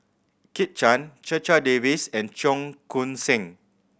Kit Chan Checha Davies and Cheong Koon Seng